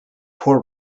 poor